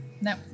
No